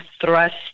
thrust